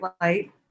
light